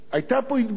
היתה פה התבדרות.